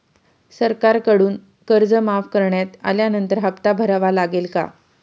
सरकारकडून कर्ज माफ करण्यात आल्यानंतर हप्ता भरावा लागेल का?